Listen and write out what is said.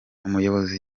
umuyobozi